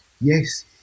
Yes